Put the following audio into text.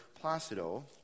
Placido